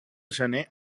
gener